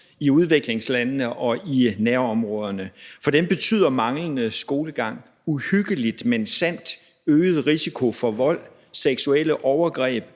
i udviklingslandene og i nærområderne. For dem betyder manglende skolegang – uhyggeligt, men sandt – øget risiko for vold, seksuelle overgreb,